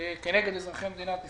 כנגד אזרחי מדינת ישראל.